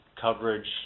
coverage